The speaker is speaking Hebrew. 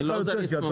קח יותר.